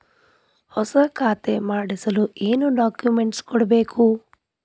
ಹೊಸ ಖಾತೆ ಮಾಡಿಸಲು ಏನು ಡಾಕುಮೆಂಟ್ಸ್ ಕೊಡಬೇಕು?